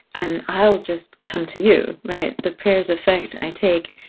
and i'll just come to you. right? the prayer's effect i take.